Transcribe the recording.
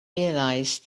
realize